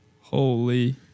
Holy